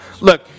look